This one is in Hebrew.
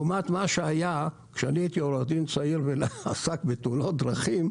לעומת מה שהיה כשאני הייתי עורך דין ועסק בתאונות דרכים,